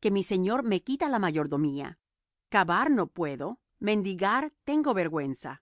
que mi señor me quita la mayordomía cavar no puedo mendigar tengo vergüenza